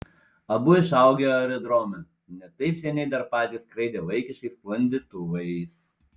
abu išaugę aerodrome ne taip seniai dar patys skraidę vaikiškais sklandytuvais